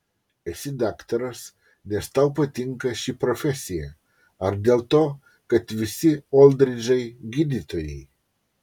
esi daktaras nes tau patinka ši profesija ar dėl to kad visi oldridžai gydytojai